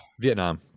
Vietnam